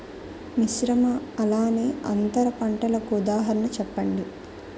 మిశ్రమ అలానే అంతర పంటలకు ఉదాహరణ చెప్పండి?